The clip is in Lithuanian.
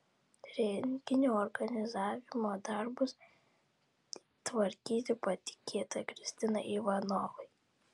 renginio organizavimo darbus tvarkyti patikėta kristinai ivanovai